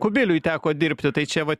kubiliui teko dirbti tai čia vat